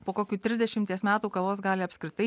po kokių trisdešimties metų kavos gali apskritai